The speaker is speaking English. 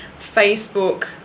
Facebook